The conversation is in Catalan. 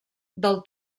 del